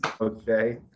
Okay